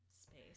space